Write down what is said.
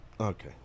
Okay